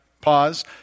pause